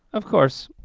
of course,